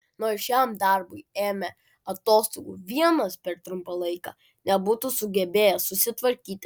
nors šiam darbui ėmė atostogų vienas per trumpą laiką nebūtų sugebėjęs susitvarkyti